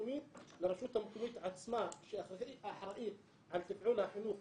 המקומית עצמה שאחראית על תפעול החינוך,